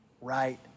right